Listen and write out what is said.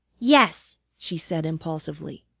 yes, she said impulsively,